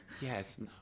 Yes